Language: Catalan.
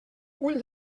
ull